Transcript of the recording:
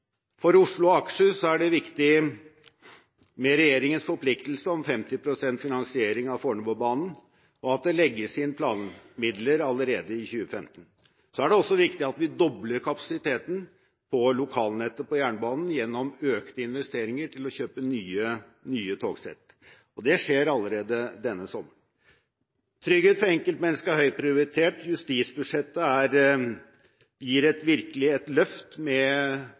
For Oslo og Akershus er det viktig med regjeringens forpliktelse om 50 pst. finansiering av Fornebubanen, og at det legges inn planmidler allerede i 2015. Så er det også viktig at vi dobler kapasiteten på lokalnettet på jernbanen gjennom økte investeringer til å kjøpe nye togsett. Det skjer allerede til sommeren. Trygghet for enkeltmennesket er høyt prioritert. Justisbudsjettet gir virkelig et løft med